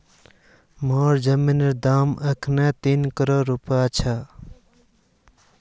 मोर जमीनेर अखना दाम तीन करोड़ रूपया छ